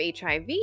HIV